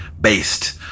based